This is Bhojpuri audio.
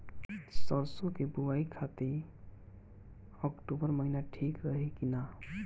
सरसों की बुवाई खाती अक्टूबर महीना ठीक रही की ना?